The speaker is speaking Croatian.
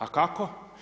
A kako?